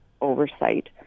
oversight